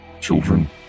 children